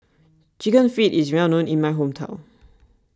Chicken Feet is well known in my hometown